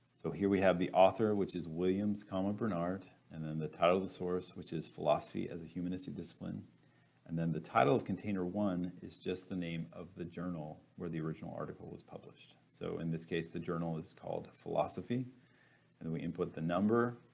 so here we have the author which is williams, bernard and then the title of the source which is philosophy as a humanistic discipline and then the title of container one is just the name of the journal where the original article was published. so in this case the journal is called philosophy and we input the number,